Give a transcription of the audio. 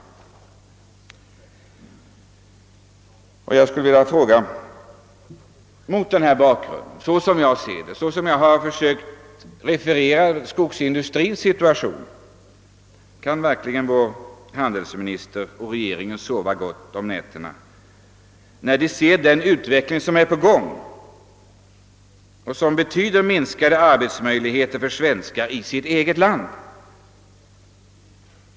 Mot bakgrund av den situation för skogsindustrin som jag har försökt referera skulle jag vilja fråga: Kan verkligen vår handelsminister och regeringen i övrigt sova gott om nätterna, när de ser den utveckling som pågår och som betyder minskade arbetsmöjligheter för svenskar i det egna landet?